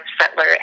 settler